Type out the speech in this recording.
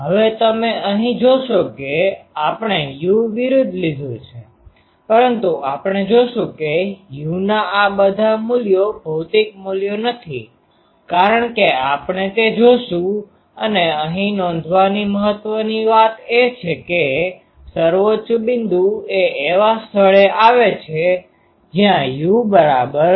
હવે તમે અહીં જોશો કે આપણે u વિરુદ્ધ લીધું છે પરંતુ આપણે જોશું કે uના આ બધા મૂલ્યો ભૌતિક મૂલ્યો નથી કારણ કે આપણે તે જોશું અને અહીં નોંધવાની મહત્વની વાત એ છે કે સર્વોચ્ચ બિંદુ એ એવા સ્થળે આવે છે જ્યાં u u૦ છે